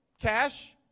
cash